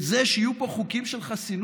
את זה שיהיו פה חוקים של חסינות?